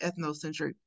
ethnocentric